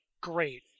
great